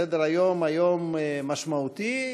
סדר-היום היום משמעותי,